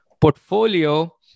portfolio